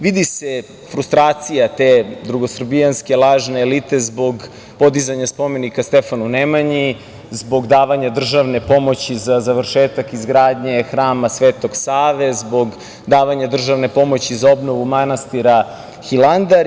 Vidi se frustracija te drugosrbijanske lažne elite zbog podizanja spomenika Stefanu Nemanji, zbog davanja državne pomoći za završetak izgradnje Hrama Svetog Save, zbog davanja državne pomoći za obnovu manastira Hilandar.